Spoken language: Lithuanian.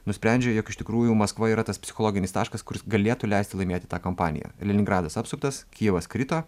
nusprendžia jog iš tikrųjų maskva yra tas psichologinis taškas kuris galėtų leisti laimėti tą kampaniją leningradas apsuptas kijevas krito